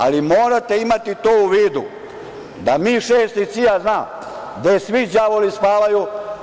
Ali, morate imati to u vidu, da M-6 i CIA znaju gde svi đavoli spavaju.